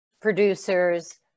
producers